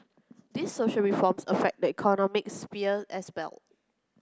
these social reforms affect the economic sphere as well